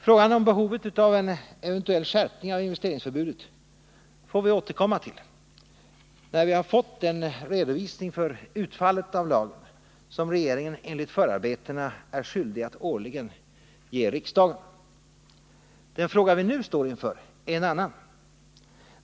Frågan om behovet av en eventuell skärpning av investeringsförbudet får vi återkomma till när vi har fått den redovisning för utfallet av lagen som regeringen enligt förarbetena är skyldig att årligen ge riksdagen. Den fråga vi nu står inför är en annan.